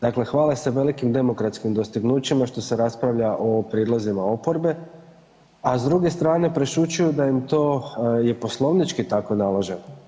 Dakle, hvale se velikim demokratskim dostignućima što se raspravlja o prijedlozima oporbe, a s druge strane prešućuju da im je to poslovnički tako naloženo.